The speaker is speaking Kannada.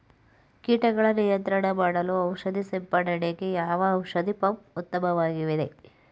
ಕೀಟಗಳ ನಿಯಂತ್ರಣ ಮಾಡಲು ಔಷಧಿ ಸಿಂಪಡಣೆಗೆ ಯಾವ ಔಷಧ ಪಂಪ್ ಉತ್ತಮವಾಗಿದೆ?